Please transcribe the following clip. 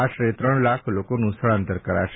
આશરે ત્રણ લાખ લોકોન્ડ્રં સ્થળાંતર કરાશે